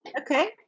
Okay